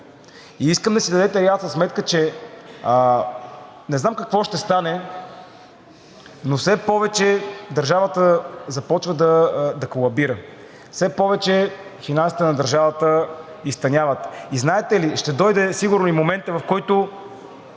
Искам да си дадете ясна сметка, че не знам какво ще стане, но все повече държавата започва да колабира. Все повече финансите на държавата изтъняват. И знаете ли, ще дойде сигурно и момент, в който